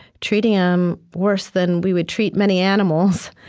treating him worse than we would treat many animals,